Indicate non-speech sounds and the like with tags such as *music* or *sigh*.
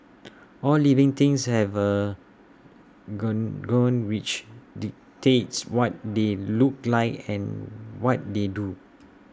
*noise* all living things have A gone gone which dictates what they look like and what they do